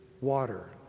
water